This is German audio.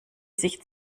sich